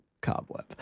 Cobweb